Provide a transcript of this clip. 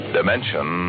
Dimension